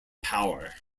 power